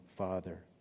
Father